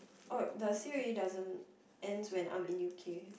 oh the c_o_e doesn't~ ends when I'm in u_k